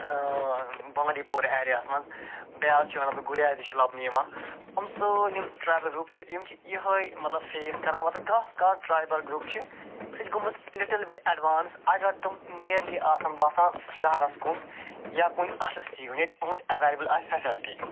بانٛڈی پورا ایرِیاس منٛز بیٛاکھ چھُ مطلب گُریز یہِ چھُ لبنہٕ یِوان یِم سٲلِم ٹرٛایبل گرٛوپ چھِ یِم چھِ یِہَے مظلب فیس کَران کانٛہہ کانٛہہ ٹرٛایبل گرٛوپ چھِ سُہ چھِ گوٚمُت لِٹٕل بِٹ اٮ۪ڈوانٕس اگر تِم نیرلی آسان بسان شہرس کُن یا کُنہِ اَصل سِٹی ییٚتہِ یِہُنٛد ایٚویلیبُل آسہِ فیسلٹی